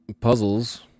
puzzles